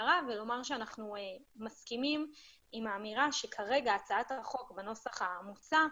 שאנחנו מסכימים עם האמירה שכרגע הצעת החוק בנוסח המוצע,